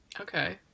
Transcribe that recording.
Okay